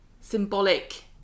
symbolic